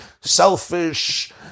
selfish